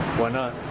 why not?